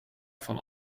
van